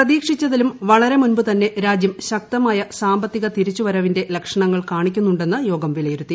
പ്രതീക്ഷിച്ചതിലും വളരെ മുൻപുതന്നെ രാജ്യം ശക്തമായ ് സാമ്പത്തിക തിരിച്ചു വരവിന്റെ ലക്ഷണങ്ങൾ കാണിക്കുന്നുണ്ടെന്ന് യ്യോഗ്പ് വിലയിരുത്തി